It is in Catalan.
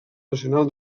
nacional